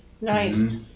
Nice